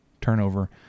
turnover